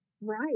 Right